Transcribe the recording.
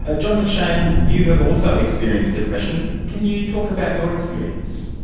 ah john mcshane, you have also experienced depression. can you talk about your experience?